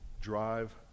drive